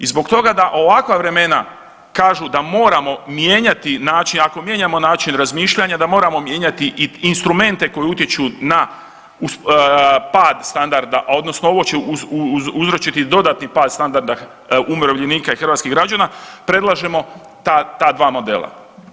I zbog toga ovakva vremena kažu da moramo mijenjati način, ako mijenjamo način razmišljati da moramo mijenjati i instrumente koji utječu na pad standarda, a odnosno ovo će uzročiti dodatni pad standarda umirovljenika i hrvatskih građana, predlažemo ta dva modela.